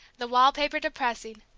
the wall paper depressing,